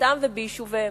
בשכונתם וביישוביהם.